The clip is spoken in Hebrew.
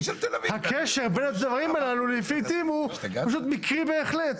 הקשר בין הדברים הללו לעתים הוא פשוט מקרי בהחלט.